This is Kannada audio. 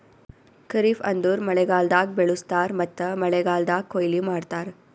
ಖರಿಫ್ ಅಂದುರ್ ಮಳೆಗಾಲ್ದಾಗ್ ಬೆಳುಸ್ತಾರ್ ಮತ್ತ ಮಳೆಗಾಲ್ದಾಗ್ ಕೊಯ್ಲಿ ಮಾಡ್ತಾರ್